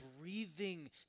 breathing